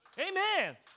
Amen